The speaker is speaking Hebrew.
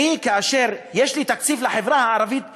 אני, כאשר יש לי תקציב לחברה הערבית שלי,